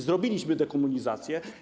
Zrobiliśmy dekomunizację.